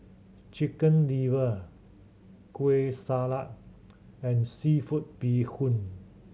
Chicken Liver Kueh Salat and seafood bee hoon